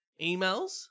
emails